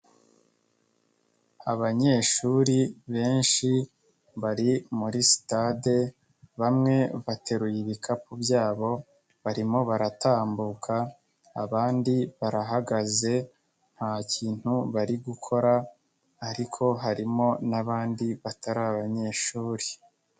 Abanyeshuri benshi bari muri sitade, bamwe bateruye ibikapu byabo barimo baratambuka, abandi barahagaze nta kintu bari gukora ariko harimo n'abandi batari abanyeshuri.